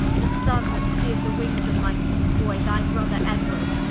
the sunne that sear'd the wings of my sweet boy. thy brother edward,